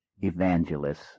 evangelists